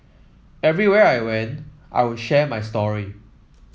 everywhere I went I would share my story